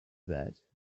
that